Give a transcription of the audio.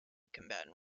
combatant